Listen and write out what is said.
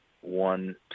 one